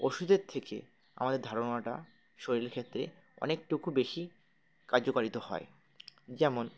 ওষুধের থেকে আমাদের ধারণাটা শরীরের ক্ষেত্রে অনেকটুকু বেশি কার্যকারিত হয় যেমন